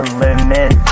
limit